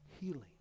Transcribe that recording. Healing